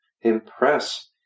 impress